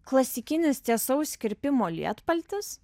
klasikinis tiesaus kirpimo lietpaltis